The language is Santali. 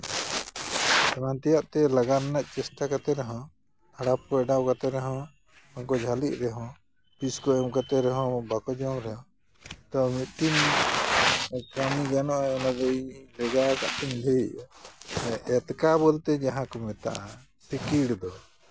ᱮᱢᱟᱱ ᱛᱮᱭᱟᱜ ᱛᱮ ᱞᱟᱜᱟᱱ ᱨᱮᱭᱟᱜ ᱪᱮᱥᱴᱟ ᱠᱟᱛᱮ ᱨᱮᱦᱚᱸ ᱫᱷᱟᱲᱟᱯ ᱠᱚ ᱟᱰᱟᱣ ᱠᱟᱛᱮ ᱨᱮᱦᱚᱸ ᱩᱱᱠᱩ ᱡᱷᱟᱹᱞᱤᱜ ᱨᱮᱦᱚᱸ ᱵᱤᱥ ᱠᱚ ᱮᱢ ᱠᱟᱛᱮ ᱨᱮᱦᱚᱸ ᱵᱟᱠᱚ ᱡᱚᱢ ᱨᱮᱦᱚᱸ ᱛᱚ ᱢᱤᱫᱴᱤᱱ ᱠᱟᱹᱢᱤ ᱜᱟᱱᱚᱜᱼᱟ ᱚᱱᱟ ᱫᱚ ᱤᱧ ᱦᱩᱸᱧ ᱞᱮᱜᱟ ᱠᱠᱟᱜᱛᱤᱧ ᱞᱟᱹᱭᱮᱜᱼᱟ ᱮᱛᱠᱟ ᱵᱚᱞᱛᱮ ᱡᱟᱦᱟᱸ ᱠᱚ ᱢᱮᱛᱟᱜᱼᱟ ᱥᱤᱠᱤᱲ ᱫᱚ